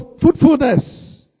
fruitfulness